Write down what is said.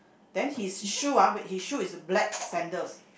then his shoe ah wait his shoe is black sandals